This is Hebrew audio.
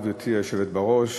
גברתי היושבת בראש,